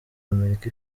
amerika